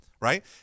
right